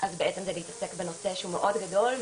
אז בעצם זה להתעסק בנושא שהוא מאוד גדול,